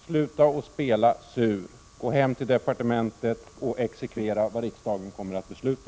Sluta att spela sur, gå hem till departementet och exekvera vad riksdagen kommer att besluta!